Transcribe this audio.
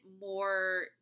more